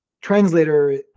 translator